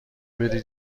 بدید